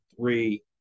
three